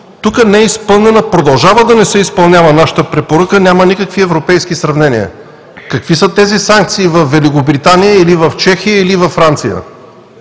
тук продължава да не се изпълнява нашата препоръка – няма никакви европейски сравнения какви са тези санкции във Великобритания или в Чехия, или във Франция.